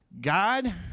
God